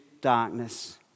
darkness